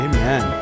Amen